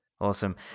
Awesome